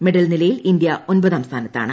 medal നിലയിൽ India ഒമ്പതാം സ്ഥാനത്താണ്